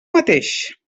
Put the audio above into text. mateix